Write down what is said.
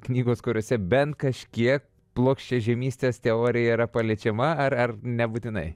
knygos kuriose bent kažkiek plokščiažemystės teorija yra paliečiama ar nebūtinai